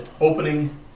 opening